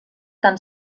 tant